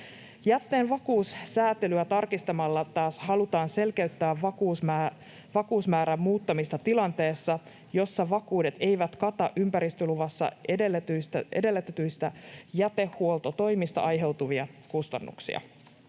Jätteen vakuussäätelyä tarkistamalla taas halutaan selkeyttää vakuusmäärän muuttamista tilanteessa, jossa vakuudet eivät kata ympäristöluvassa edellytetyistä jätehuoltotoimista aiheutuvia kustannuksia.